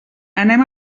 anem